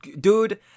dude